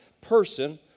person